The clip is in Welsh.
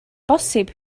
bosib